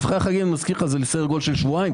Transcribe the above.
כלומר זה סדר גודל של שבועיים.